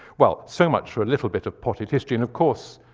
well, so much for a little bit of potted history. and of course,